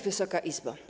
Wysoka Izbo!